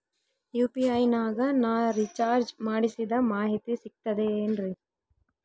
UPI ನಾಗ ನಾ recharge ಮಾಡಿಸಿದ ಮಾಹಿತಿ ಸಿಕ್ತದೆ ಏನ್ರಿ?